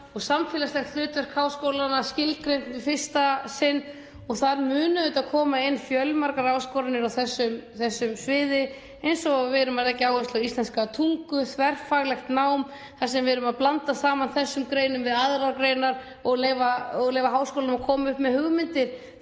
og samfélagslegt hlutverk háskólanna skilgreint í fyrsta sinn. Það munu auðvitað koma inn fjölmargar áskoranir á þessu sviði eins og það að við erum að leggja áherslu á íslenska tungu, þverfaglegt nám þar sem við erum að blanda saman þessum greinum við aðrar greinar og leyfa háskólunum að koma upp með hugmyndir